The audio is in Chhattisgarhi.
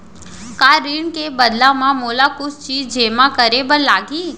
का ऋण के बदला म मोला कुछ चीज जेमा करे बर लागही?